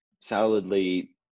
solidly